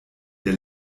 der